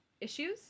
issues